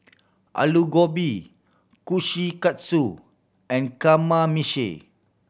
Alu Gobi Kushikatsu and Kamameshi